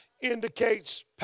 indicates